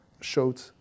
showed